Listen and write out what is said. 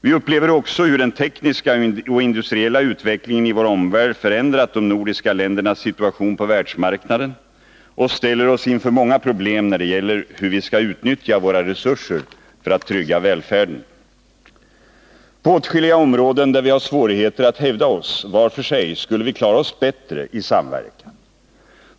Vi upplever också hur den tekniska och industriella utvecklingen i vår omvärld förändrat de nordiska ländernas situation på världsmarknaden och ställt oss inför många problem när det gäller hur vi skall utnyttja våra resurser för att trygga välfärden. På åtskilliga områden där vi har svårigheter att hävda oss var för sig skulle vi klara oss bättre i samverkan.